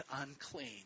unclean